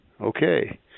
Okay